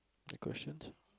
any questions